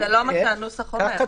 זה לא מה שהנוסח אומר.